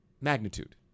magnitude